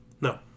No